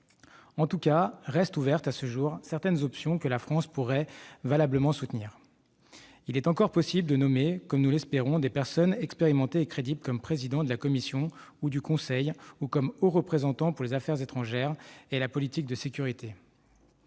des urnes. Restent ouvertes à ce jour, en tout cas, certaines options que la France pourrait valablement soutenir. Il est encore possible de nommer, comme nous l'espérons, des personnes expérimentées et crédibles aux postes de président de la Commission, de président du Conseil ou de Haut Représentant de l'Union pour les affaires étrangères et la politique de sécurité.